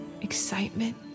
excitement